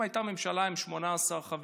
אם הייתה ממשלה עם 18 חברים,